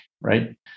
Right